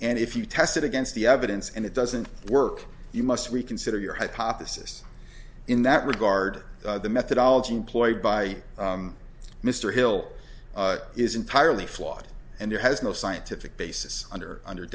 and if you test it against the evidence and it doesn't work you must reconsider your hypothesis in that regard the methodology employed by mr hill is entirely flawed and there has no scientific basis under under